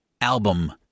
album